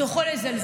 אתה יכול לזלזל,